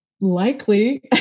likely